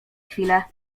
chwilę